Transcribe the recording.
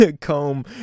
comb